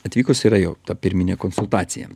atvykus yra jo ta pirminė konsultacija